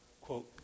quote